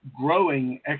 growing